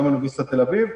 גם אוניברסיטת תל-אביב,